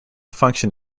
function